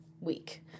week